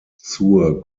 zur